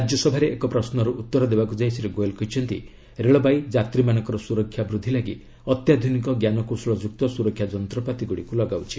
ରାଜ୍ୟସଭାରେ ଏକ ପ୍ରଶ୍ନର ଉତ୍ତର ଦେବାକୁ ଯାଇ ଶ୍ରୀ ଗୋଏଲ କହିଛନ୍ତି ରେଳବାଇ ଯାତ୍ରୀମାନଙ୍କର ସୁରକ୍ଷା ବୃଦ୍ଧି ଲାଗି ଅତ୍ୟାଧୁନିକ ଜ୍ଞାନକୌଶଳଯୁକ୍ତ ସ୍ୱରକ୍ଷା ଯନ୍ତ୍ରପାତିଗୁଡ଼ିକୁ ଲଗାଉଛି